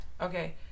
Okay